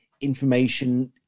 information